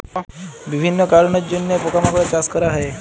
বিভিল্য কারলের জন্হে পকা মাকড়ের চাস ক্যরা হ্যয়ে